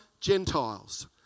Gentiles